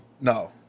No